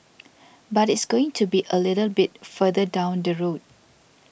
but it's going to be a little bit further down the road